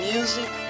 Music